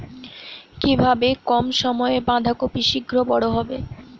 কিভাবে কম সময়ে বাঁধাকপি শিঘ্র বড় হবে?